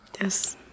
yes